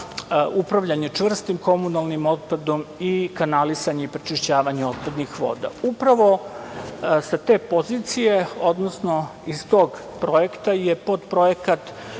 upravljanje čvrstim komunalnim otpadom i kanalisanje i prečišćavanje otpadnih voda. Upravo sa te pozicije, odnosno iz tog projekta je potprojekat